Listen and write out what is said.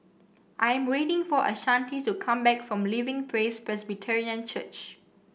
I am waiting for Ashanti to come back from Living Praise Presbyterian Church